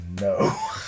No